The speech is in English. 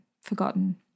forgotten